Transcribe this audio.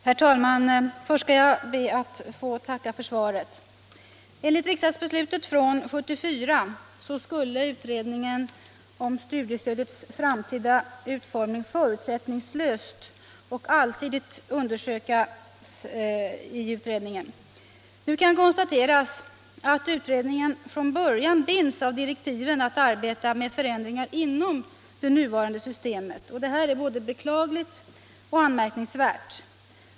Herr talman! Först skall jag be att få tacka för svaret. Enligt riksdagsbeslutet från 1974 skulle utredningen om studiestödets framtida utformning förutsättningslöst och allsidigt undersöka formerna för studiefinansieringen. Nu kan konstateras att utredningen från början binds av direktiven att arbeta med förändringar inom det nuvarande systemet. Detta är både beklagligt och anmärkningsvärt.